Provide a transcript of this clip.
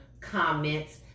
comments